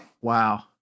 Wow